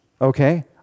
Okay